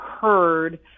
heard